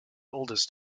oldest